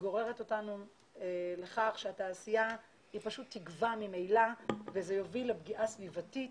גוררת אותנו לכך שהתעשייה פשוט תגווע ממילא וזה יוביל לפגיעה סביבתית